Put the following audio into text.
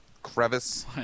crevice